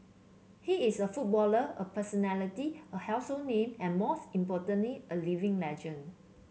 he is a footballer a personality a household name and most importantly a living legend